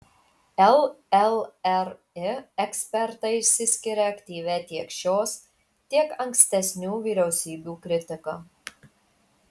llri ekspertai išsiskiria aktyvia tiek šios tiek ankstesnių vyriausybių kritika